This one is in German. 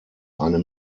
eine